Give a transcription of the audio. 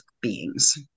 beings